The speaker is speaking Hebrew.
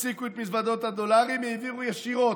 הפסיקו את מזוודות הדולרים, העבירו ישירות,